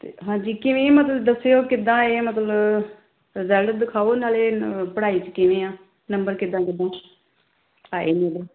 ਅਤੇ ਹਾਂਜੀ ਕਿਵੇਂ ਮਤਲਬ ਦੱਸਿਓ ਕਿੱਦਾਂ ਇਹ ਮਤਲਬ ਰਿਜਲਟ ਦਿਖਾਓ ਨਾਲੇ ਪੜ੍ਹਾਈ 'ਚ ਕਿਵੇਂ ਆ ਨੰਬਰ ਕਿੱਦਾਂ ਕਿੱਦਾਂ ਆਏ ਨੇ ਇਹਦੇ